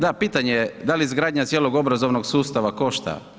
Da, pitanje je da li izgradnja cijelog obrazovnog sustava košta?